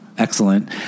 Excellent